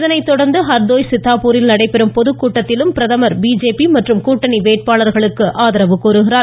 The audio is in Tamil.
இதனைத்தொடர்ந்து ஹர்தோய் சித்தாப்பூரில் நடைபெறும் பொதுக்கூட்டத்திலும் பிரதமா பிஜேபி மற்றும் கூட்டணி வேட்பாளர்களுக்கு ஆதரவு கோருகிறார்